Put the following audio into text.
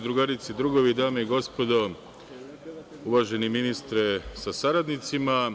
Drugarice i drugovi, dame i gospodo, uvaženi ministre sa saradnicima,